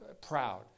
proud